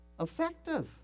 effective